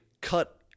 cut